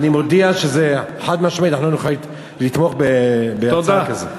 אני מודיע חד-משמעית: אנחנו לא נוכל לתמוך בהצעה כזו.